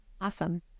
Awesome